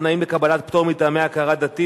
תנאים לקבלת פטור מטעמי הכרה דתית),